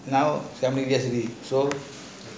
now seventeen years already